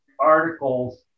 articles